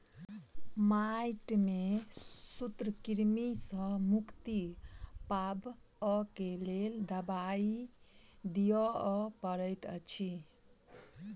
माइट में सूत्रकृमि सॅ मुक्ति पाबअ के लेल दवाई दियअ पड़ैत अछि